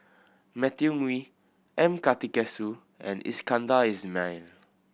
Matthew Ngui M Karthigesu and Iskandar Ismail